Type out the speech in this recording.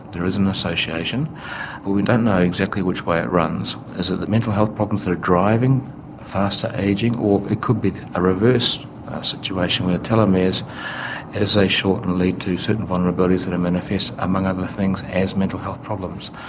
there is an association. but we don't know exactly which way it runs is it the mental health problems that are driving faster ageing, or it could be a reverse situation where telomeres as they shorten lead to certain vulnerabilities that are manifested, among other things, as mental health problems.